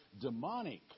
demonic